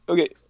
Okay